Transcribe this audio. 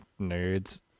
nerds